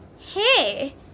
hey